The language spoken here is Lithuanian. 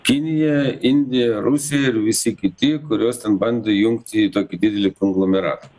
kinija indija rusija ir visi kiti kuriuos ten bando įjungti į tokį didelį konglomeratą